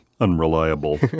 unreliable